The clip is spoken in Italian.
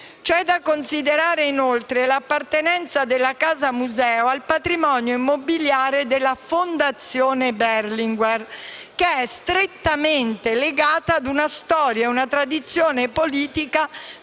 C'è da considerare inoltre l'appartenenza della Casa Museo al patrimonio immobiliare della Fondazione Berlinguer, che è strettamente legata ad una storia e ad una tradizione politica